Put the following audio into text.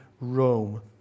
Rome